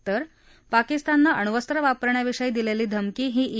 तर पाकिस्ताननं अण्वस्त्रं वापरण्याविषयी दिलेली धमकी ही ई